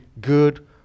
good